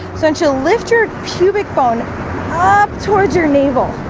don't you lift your pubic bone up? towards your navel.